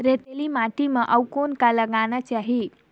रेतीली माटी म अउ कौन का लगाना चाही?